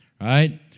right